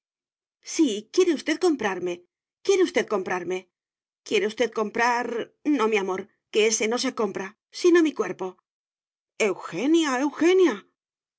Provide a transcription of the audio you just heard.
sí quiere usted comprarme quiere usted comprarme quiere usted comprar no mi amor que ése no se compra sino mi cuerpo eugenia